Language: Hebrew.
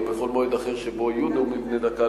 או בכל מועד אחר שבו יהיו נאומים בני דקה,